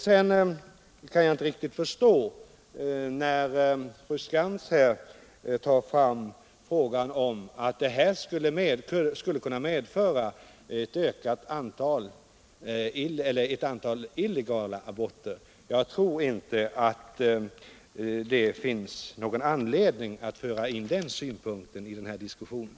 Jag kan inte riktigt förstå varför fru Skantz säger att resultatet skulle kunna bli ett antal illegala aborter. Jag tror inte att det finns någon anledning att föra in den synpunkten i diskussionen.